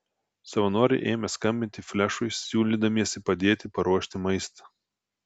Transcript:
savanoriai ėmė skambinti flešui siūlydamiesi padėti paruošti maistą